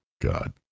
god